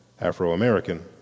Afro-American